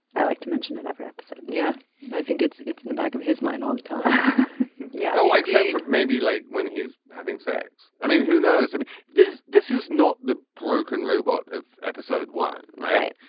like to mention it every episode. yeah i think it's it's in the back of his mind all the time yeah. oh except for maybe like when he's having sex i mean who knows. i mean this this is not the broken robot of episode one right.